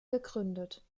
gegründet